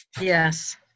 Yes